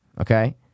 okay